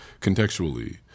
contextually